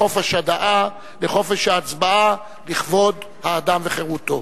לחופש הדעה, לחופש ההצבעה, לכבוד האדם וחירותו.